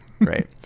Right